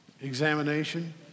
examination